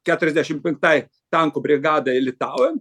keturiasdešim penktai tankų brigadai litauen